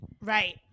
Right